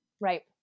right